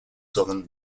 southern